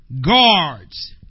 guards